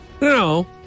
No